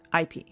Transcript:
IP